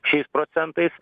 šiais procentais